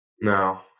No